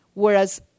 Whereas